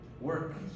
work